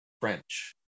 French